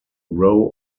row